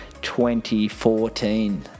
2014